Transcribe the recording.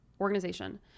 organization